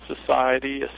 society